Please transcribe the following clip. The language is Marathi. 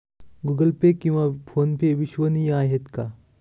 गूगल पे किंवा फोनपे विश्वसनीय आहेत का?